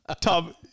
Tom